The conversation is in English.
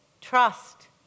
Trust